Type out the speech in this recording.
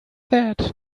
that